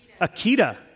Akita